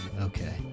Okay